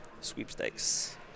sweepstakes